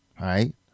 right